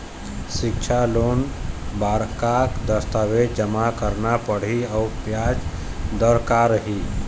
सिक्छा लोन बार का का दस्तावेज जमा करना पढ़ही अउ ब्याज दर का रही?